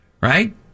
right